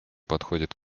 подходит